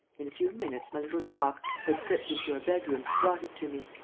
in a few minutes, my little jacques, who had slipped into your bedroom, brought it to me.